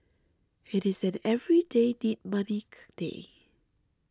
it is an everyday need money day